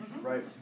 right